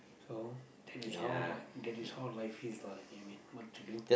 so that's how life that's how life feels lah I mean what to do